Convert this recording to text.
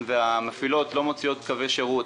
המפעילות לא מוציאות קווי שירות.